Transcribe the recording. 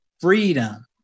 freedom